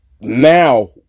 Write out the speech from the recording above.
now